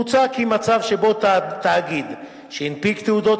מוצע כי במצב שבו תאגיד שהנפיק תעודות